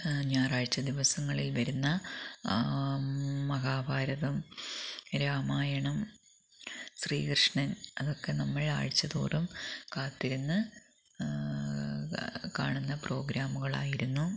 ഞായറാഴ്ച ദിവസങ്ങളില് വരുന്ന മഹാഭാരതം രാമായണം ശ്രീകൃഷ്ണന് അതൊക്കെ നമ്മളാഴ്ചതോറും കാത്തിരുന്ന് കാണുന്ന പ്രോഗ്രാമുകളായിരുന്നു